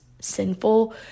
sinful